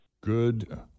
good